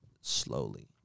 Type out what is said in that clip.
slowly